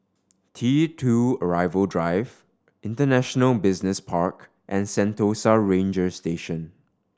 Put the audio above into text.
T Two Arrival Drive International Business Park and Sentosa Ranger Station